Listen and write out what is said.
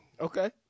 Okay